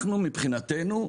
אנחנו מבחינתנו,